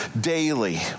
daily